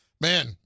man